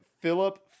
Philip